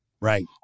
right